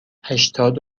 هشتاد